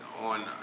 on